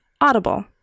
Audible